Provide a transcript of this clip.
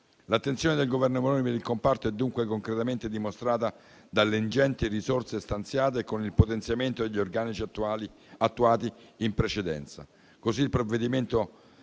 L'attenzione del Governo Meloni per il comparto è dunque concretamente dimostrata dalle ingenti risorse stanziate con il potenziamento degli organici attuati in precedenza. Con il provvedimento